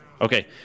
Okay